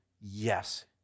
yes